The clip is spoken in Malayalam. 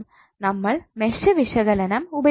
നമ്മൾ മെഷ് വിശകലനം ഉപയോഗിക്കണം